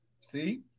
See